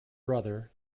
brother